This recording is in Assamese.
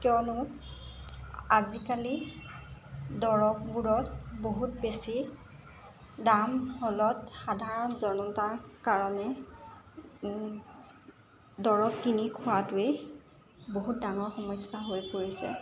কিয়নো আজিকালি দৰৱবোৰত বহুত বেছি দাম হ'লত সাধাৰণ জনতাৰ কাৰণে দৰৱ কিনি খোৱাটোৱেই বহুত ডাঙৰ সমস্যা হৈ পৰিছে